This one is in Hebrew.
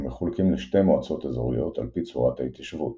המחולקים לשתי מועצות אזוריות על פי צורת ההתיישבות